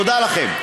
תודה לכם.